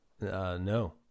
No